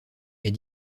est